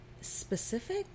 specific